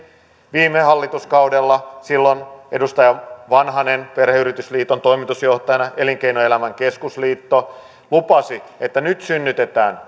viime hallituskaudella silloin edustaja vanhanen perheyritysten liiton toimitusjohtajana ja elinkeinoelämän keskusliitto lupasivat että nyt synnytetään